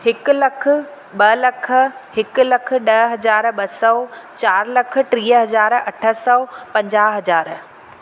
हिकु लखु ॿ लख हिकु लखु ॾह हज़ार ॿ सौ चारि लख टीह हज़ार अठ सौ पंजाहु हज़ार